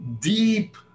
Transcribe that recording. deep